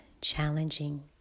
challenging